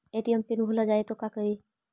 ATM PIN भुला जाए तो का करी?